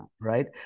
right